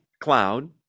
cloud